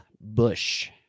Bush